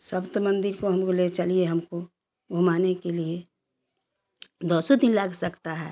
सप्त मंदिर के हमको ले चलिए हमको घूमाने के लिए दो सौ ती लग सकता है